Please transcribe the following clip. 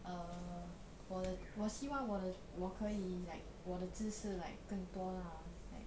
err 我的我希望我的我可以 like 我的知识 like 更多 lah like